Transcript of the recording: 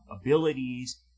abilities